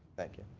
thank you.